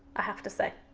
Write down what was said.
i have to say.